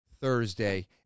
thursday